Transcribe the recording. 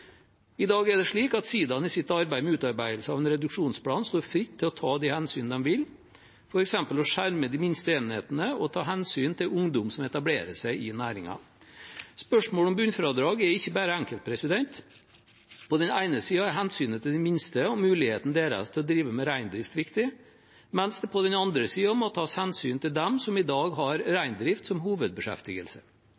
I dag er det slik at sidaen i sitt arbeid med utarbeidelse av en reduksjonsplan står fritt til å ta de hensyn de vil, f.eks. å skjerme de minste enhetene og ta hensyn til ungdom som etablerer seg i næringen. Spørsmålet om bunnfradrag er ikke bare enkelt. På den ene siden er hensynet til de minste og muligheten deres til å drive med reindrift viktig, mens det på den andre siden må tas hensyn til de som i dag har